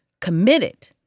committed